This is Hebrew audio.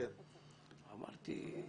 אמרתי,